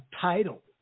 title